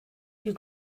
you